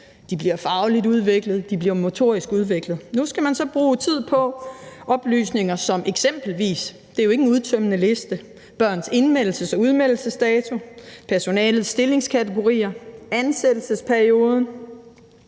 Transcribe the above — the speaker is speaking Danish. de bliver fagligt uddannet, og at de bliver motorisk udviklet – så skal man nu bruge tid på oplysninger som eksempelvis børns indmeldelses- og udmeldelsesdato, personalets stillingskategorier, ansættelsesperioden,